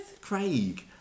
Craig